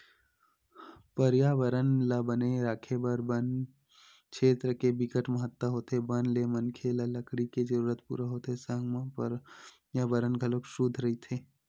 परयाबरन ल बने राखे बर बन छेत्र के बिकट महत्ता होथे बन ले मनखे ल लकड़ी के जरूरत पूरा होथे संग म परयाबरन घलोक सुद्ध रहिथे